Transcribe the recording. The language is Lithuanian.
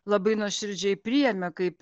labai nuoširdžiai priėmė kaip